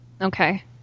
Okay